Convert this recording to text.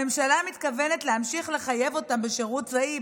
הממשלה מתכוונת להמשיך לחייב אותם בשירות צבאי,